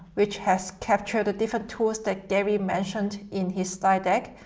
which has captured the different tools that gary mentioned in his side deck.